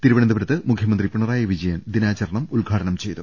തിരുവനന്തപുരത്ത് മുഖ്യമന്ത്രി പിണറായി വിജയൻ ദിനാചരണം ഉദ്ഘാടനം ചെയ്തു